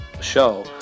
show